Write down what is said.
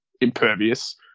impervious